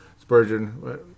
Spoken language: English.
Spurgeon